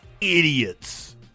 Idiots